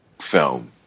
film